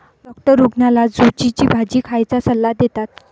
doctor रुग्णाला झुचीची भाजी खाण्याचा सल्ला देतात